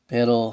Pero